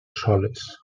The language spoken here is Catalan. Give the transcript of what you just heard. soles